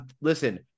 listen